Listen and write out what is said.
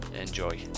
Enjoy